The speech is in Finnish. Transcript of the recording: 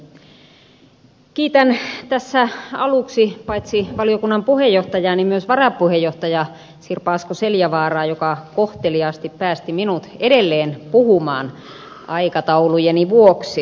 kiitän tässä aluksi paitsi valiokunnan puheenjohtajaa myös varapuheenjohtajaa sirpa asko seljavaaraa joka kohteliaasti päästi minut edelleen puhumaan aikataulujeni vuoksi